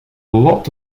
lot